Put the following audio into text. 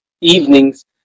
evenings